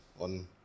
on